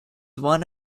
one